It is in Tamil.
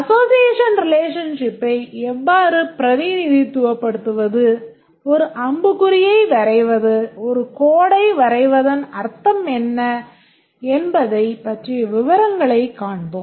Association relationshipப்பை எவ்வாறு பிரதிநிதித்துவப்படுத்துவது ஒரு அம்புக்குறியை வரைவது ஒரு கோட்டை வரைவதன் அர்த்தம் என்ன என்பதைப் பற்றிய விவரங்களைக் காண்போம்